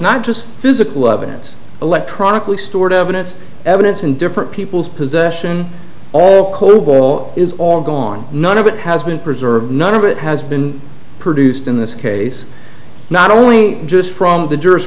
not just physical evidence electronically stored evidence evidence in different people's possession all kugel is all gone none of it has been preserved none of it has been produced in this case not only just from the jur